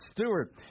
Stewart